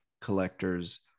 collectors